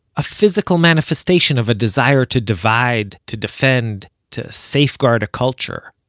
a physical manifestation of a desire to divide, to defend, to safeguard a culture.